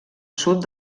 sud